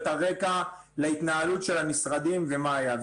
את הרקע להתנהלות של המשרדים ומה היה.